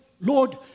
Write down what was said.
Lord